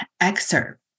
excerpt